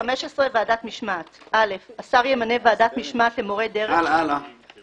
ועדת משמעת 15. השר ימנה ועדת משמעת למורי דרך שתפקידה